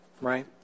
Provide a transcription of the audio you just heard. Right